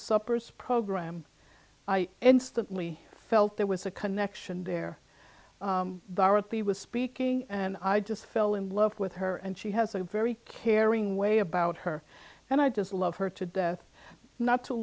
supper's program i instantly felt there was a connection there we were speaking i just fell in love with her and she has a very caring way about her and i just love her to death not too